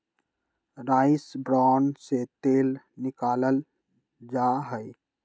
rice bran से तेल निकाल्ल जाहई